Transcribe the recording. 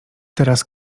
teraz